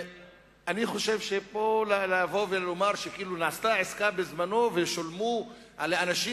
אני חושב שלבוא ולומר שנעשתה עסקה בזמנה ושולמו לאנשים,